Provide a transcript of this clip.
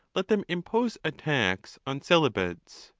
let them impose a tax on celibates.